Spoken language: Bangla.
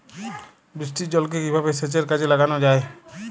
বৃষ্টির জলকে কিভাবে সেচের কাজে লাগানো য়ায়?